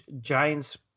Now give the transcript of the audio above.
Giants